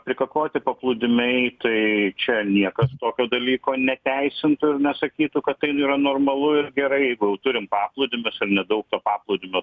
prikakoti paplūdimiai tai čia niekas tokio dalyko neteisintų ir nesakytų kad tai yra normalu ir gerai jeigu jau turim paplūdimius ar nedaug to paplūdimio